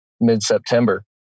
mid-September